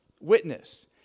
witness